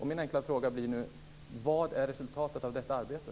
Min enkla fråga blir nu: Vad är resultatet av detta arbete?